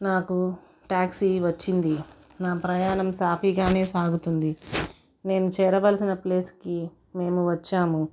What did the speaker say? నాకు టాక్సీ వచ్చింది నా ప్రయాణం సాఫీగా సాగుతుంది నేను చేరవలసిన ప్లేస్కి మేము వచ్చాము